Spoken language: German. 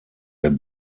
der